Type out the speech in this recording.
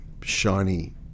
shiny